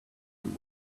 you